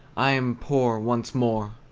i am poor once more!